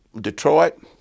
Detroit